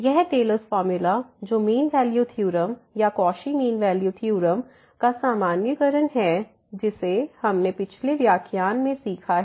यह Taylor's formula Taylor's formula जो mean value theorem या कौशी मीन वैल्यू थ्योरम का सामान्यीकरण है जिसे हमने पिछले व्याख्यान में सीखा है